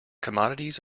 commodities